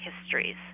histories